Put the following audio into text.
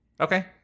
Okay